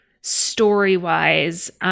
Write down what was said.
story-wise